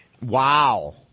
Wow